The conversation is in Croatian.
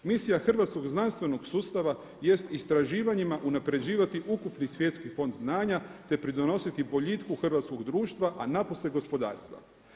Misija hrvatskog znanstvenog sustava jest istraživanjima unapređivati ukupni svjetski fond znanja te pridonositi boljitku hrvatskog društva, a napose gospodarstva.